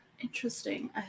Interesting